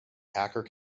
hacker